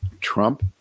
Trump